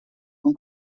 von